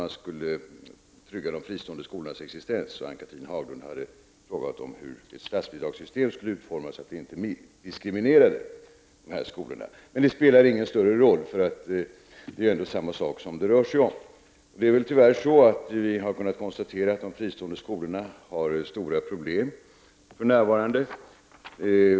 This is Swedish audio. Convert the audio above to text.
Ann-Cathrine Haglund frågade om statsrådet avser att föreslå att ett nytt statsbidragssystem utformas som är sådant att de fristående skolorna inte diskrimineras. Den här förväxlingen spelar dock ingen roll. Frågorna rör sig ju ändå om samma sak. Tyvärr kan man konstatera att de fristående skolorna för närvarande har stora problem.